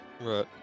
Right